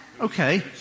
okay